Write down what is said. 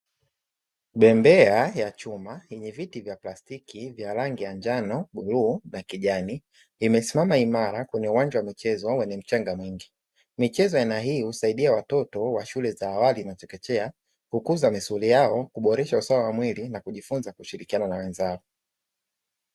Bembea ya chuma yenye viti vya plastiki vya rangi ya njano, bluu na kijani, imesimama imara kwenye uwanja wa michezo wenye mchanga mwingi. Michezo ya aina hii husaidia watoto wa shule za awali na chekechea kukuza misuli yao, kuboresha usawa wa mwili na kujifunza kushirikiana na wenzao.